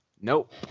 Nope